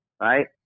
right